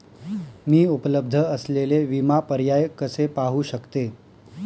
मी उपलब्ध असलेले विमा पर्याय कसे पाहू शकते?